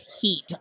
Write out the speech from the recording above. heat